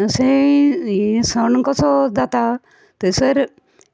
अशें सोंग कसो जाता थंयसर